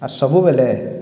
ଆର୍ ସବୁବେଲେ